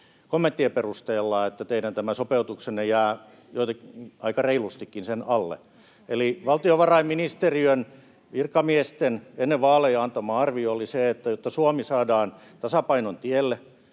kommenttien perusteella, että tämä teidän sopeutuksenne jää aika reilustikin sen alle. Eli valtiovarainministeriön virkamiesten ennen vaaleja antama arvio oli se, että jotta Suomi saadaan tasapainon tielle,